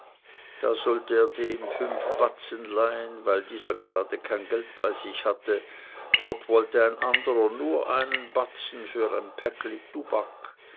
da sollte er dem fünf batzen leihen weil dieser gerade kein geld bei sich hatte dort wollte ein anderer nur einen batzen für ein päckli tubak